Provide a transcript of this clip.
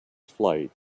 flight